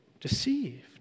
deceived